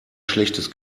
schlechtes